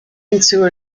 into